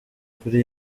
kuri